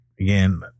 Again